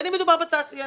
בין אם מדובר בתעשיינים.